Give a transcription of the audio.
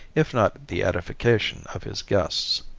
if not the edification, of his guests.